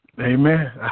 Amen